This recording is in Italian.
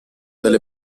delle